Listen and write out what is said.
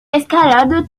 escalade